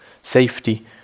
safety